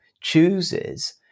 chooses